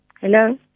Hello